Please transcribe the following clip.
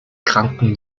kranken